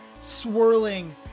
swirling